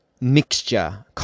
mixture